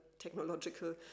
Technological